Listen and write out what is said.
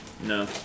No